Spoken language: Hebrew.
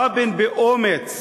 רבין, באומץ,